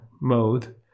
mode